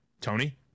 tony